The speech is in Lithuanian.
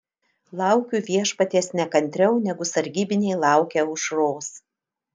laukiu viešpaties nekantriau negu sargybiniai laukia aušros